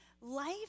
life